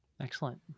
Excellent